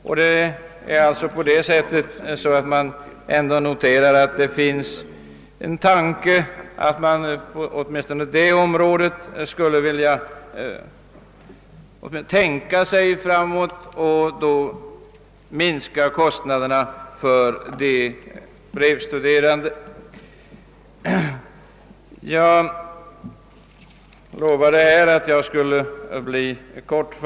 Man kan alltså notera att det trots allt finns en tanke på att åtminstone på detta område söka åstadkomma någon förändring framöver som innebär minskade kostnader för brevstuderande. Jag lovade att jag skulle fatta mig kort.